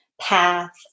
path